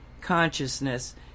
consciousness